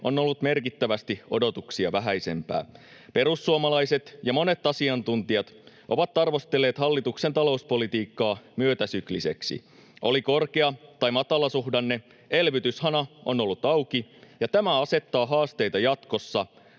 on ollut merkittävästi odotuksia vähäisempää. Perussuomalaiset ja monet asiantuntijat ovat arvostelleet hallituksen talouspolitiikkaa myötäsykliseksi. Oli korkea- tai matalasuhdanne, elvytyshana on ollut auki, ja tämä asettaa haasteita jatkossa,